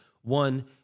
One